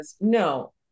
no